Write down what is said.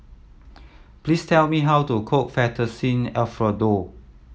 please tell me how to cook Fettuccine Alfredo